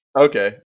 Okay